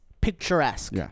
picturesque